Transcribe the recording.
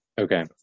Okay